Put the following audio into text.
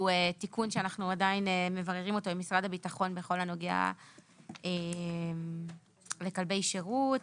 שאנחנו עדיין מבררים אותו עם משרד הביטחון בכל הנוגע לכלבי שירות,